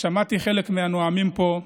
שמעתי חלק מהנואמים פה,